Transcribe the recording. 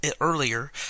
earlier